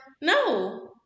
No